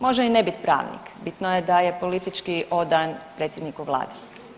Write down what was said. Može i ne bit pravnik, bitno je da je politički odan predsjedniku Vlade.